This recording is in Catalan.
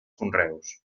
conreus